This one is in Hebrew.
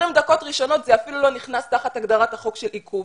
דקות ראשונות זה אפילו לא נכנס תחת הגדרת החוק של עיכוב.